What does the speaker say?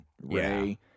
Ray